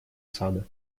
сада